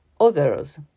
others